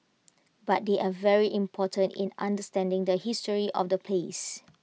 but they are very important in understanding the history of the place